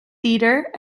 theatre